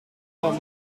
van